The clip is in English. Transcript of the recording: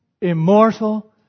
Immortal